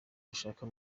ushaka